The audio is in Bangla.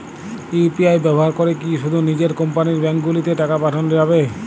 ইউ.পি.আই ব্যবহার করে কি শুধু নিজের কোম্পানীর ব্যাংকগুলিতেই টাকা পাঠানো যাবে?